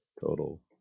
total